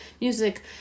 music